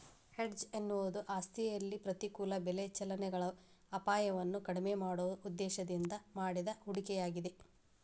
hedge ಎನ್ನುವುದು ಆಸ್ತಿಯಲ್ಲಿ ಪ್ರತಿಕೂಲ ಬೆಲೆ ಚಲನೆಗಳ ಅಪಾಯವನ್ನು ಕಡಿಮೆ ಮಾಡುವ ಉದ್ದೇಶದಿಂದ ಮಾಡಿದ ಹೂಡಿಕೆಯಾಗಿದೆ